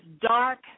dark